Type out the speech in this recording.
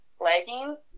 leggings